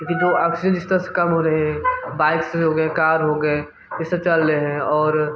क्योंकि जो आक्सीजन जिस तरह से कम हो रहे हैं बाइक्स हो गए कार हो गए जैसे चल रहें और